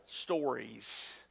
stories